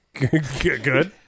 Good